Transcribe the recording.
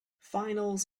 finals